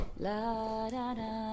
La-da-da